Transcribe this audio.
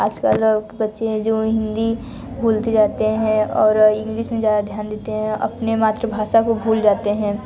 आजकल के बच्चे हैं जो हिंदी भूलते जाते हैं और इंग्लिस में ज़्यादा ध्यान देते हैं अपने मातृभाषा को भूल जाते हैं